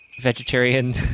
vegetarian